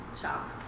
shop